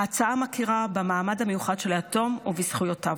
ההצעה מכירה במעמד המיוחד של היתום ובזכויותיו.